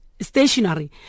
stationery